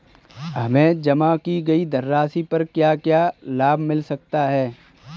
हमें जमा की गई धनराशि पर क्या क्या लाभ मिल सकता है?